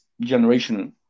generation